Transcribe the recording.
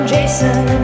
Jason